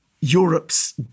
Europe's